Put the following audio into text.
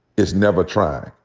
it's never trying.